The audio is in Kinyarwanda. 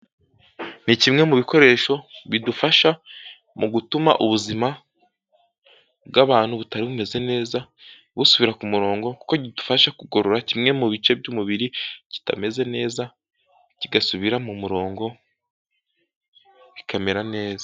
Ni kimwe mu bikoresho bidufasha mu gutuma ubuzima bw'abantu butari bumeze neza busubira ku murongo kuko kidufasha kugorora kimwe mu bice by'umubiri kitameze neza kigasubira mu murongo bikamera neza.